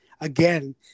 again